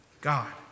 God